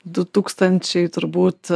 du tūkstančiai turbūt